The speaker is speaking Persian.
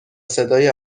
صدای